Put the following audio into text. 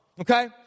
Okay